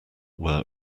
were